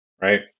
right